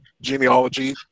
genealogy